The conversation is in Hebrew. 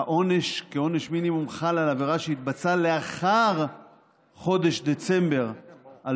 שהעונש כעונש מינימום חל על עבירה שהתבצעה לאחר חודש דצמבר 2021,